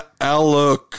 Alec